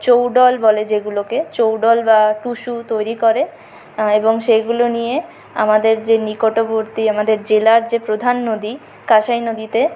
চৌডল বলে যেগুলোকে চৌডল বা টুসু তৈরি করে এবং সেইগুলো নিয়ে আমাদের যে নিকটবর্তী আমাদের জেলার যে প্রধান নদী কাসাই নদীতে